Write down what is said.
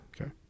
Okay